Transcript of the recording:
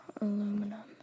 aluminum